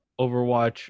overwatch